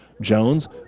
Jones